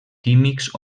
químics